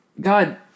God